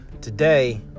today